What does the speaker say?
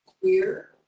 queer